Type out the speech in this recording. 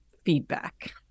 feedback